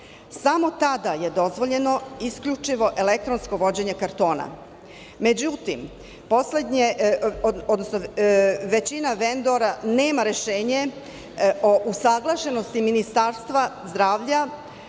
Samo tada je dozvoljeno isključivo elektronsko vođenje kartona.Međutim, većina vendora nema rešenje o usaglašenosti Ministarstva zdravlja.